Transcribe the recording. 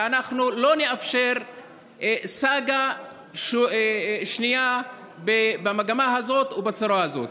ואנחנו לא נאפשר סאגה שנייה במגמה הזאת ובצורה הזאת.